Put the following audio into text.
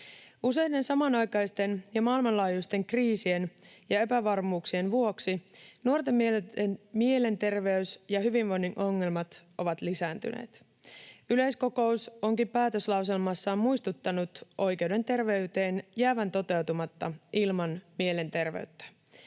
Useiden samanaikaisten ja maailmanlaajuisten kriisien ja epävarmuuksien vuoksi nuorten mielenterveyden ja hyvinvoinnin ongelmat ovat lisääntyneet. Yleiskokous onkin päätöslauselmassaan muistuttanut oikeuden terveyteen jäävän toteutumatta ilman mielenterveyttä.